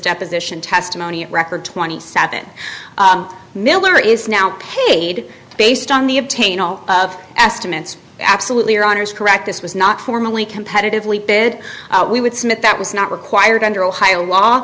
deposition testimony record twenty seven miller is now paid based on the obtain all of the estimates absolutely are honour's correct this was not formally competitively bid we would submit that was not required under ohio law